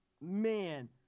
man